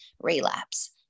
relapse